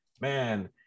Man